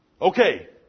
Okay